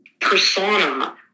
persona